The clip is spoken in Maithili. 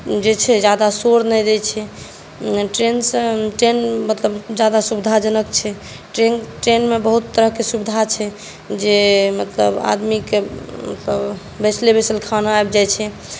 जे छै ज्यादा शोर नहि दै छै ट्रेनसँ मतलब ट्रेन ज्यादा सुविधाजनक छै ट्रेनमे बहुत तरहके सुविधा छै जे मतलब आदमीकेँ मतलब बैसले बैसल खाना आबि जाइ छै